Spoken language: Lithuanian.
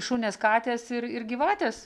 šunes katės ir gyvatės